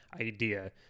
idea